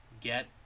get